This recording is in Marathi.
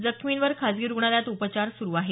जखमींवर खासगी रुग्णालयात उपचार सुरू आहेत